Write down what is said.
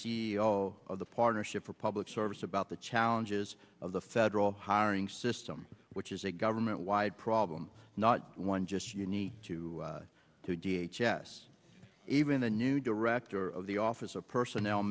o of the partnership for public service about the challenges of the federal hiring system which is a government wide problem not one just unique to d h s even the new director of the office of personnel